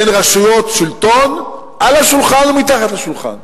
בין רשויות שלטון, על השולחן ומתחת לשולחן.